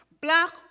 Black